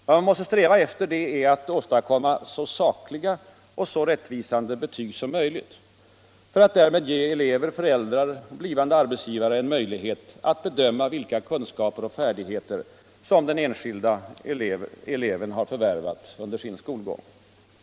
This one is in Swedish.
Vad man då måste sträva efter är att åstadkomma så sakliga och så rättvisande betyg som möjligt för att därmed ge elever, föräldrar och blivande arbetsgivare möjlighet att bedöma vilka kunskaper och färdigheter som den enskilda eleven har förvärvat under sin skolgång.